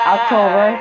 October